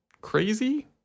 crazy